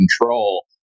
control